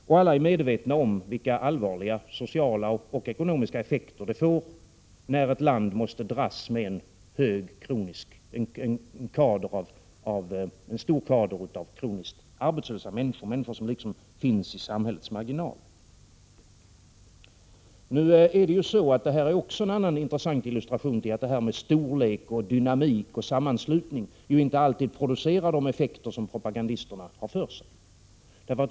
Och alla är medvetna om vilka allvarliga sociala och ekonomiska effekter det blir när ett land måste dras med en stor kader av kroniskt arbetslösa människor, människor som liksom finns i samhällets marginaler. Detta ger också en intressant illustration av hur stora och dynamiska sammanslutningar inte alltid producerar de effekter som propagandisterna tror.